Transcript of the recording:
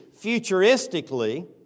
futuristically